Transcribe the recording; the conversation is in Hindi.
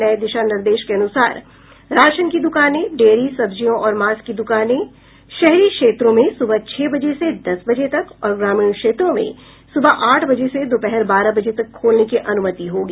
नये दिशा निर्देश के अनुसार राशन की दुकानें डेयरी सब्जियों और मांस की दुकानें शहरी क्षेत्रों में सुबह छह बजे से दस बजे तक और ग्रामीण क्षेत्रों में सुबह आठ बजे से दोपहर बारह बजे तक खोलने की अनुमति होगी